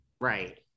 Right